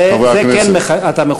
לזה אתה כן מחויב.